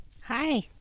Hi